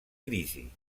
crisi